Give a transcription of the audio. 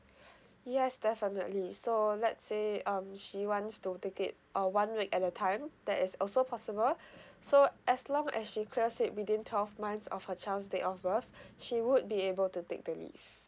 yes definitely so let's say um she wants to take it uh one week at a time that is also possible so as long as she clears it within twelve months of her child's date of birth she would be able to take the leave